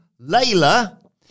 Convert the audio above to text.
Layla